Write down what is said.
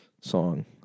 song